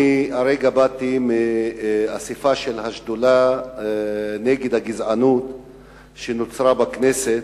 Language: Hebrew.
אני הרגע באתי מאספה של השדולה נגד הגזענות שנוצרה בכנסת.